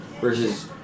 versus